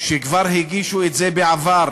כבר הגישו את זה בעבר,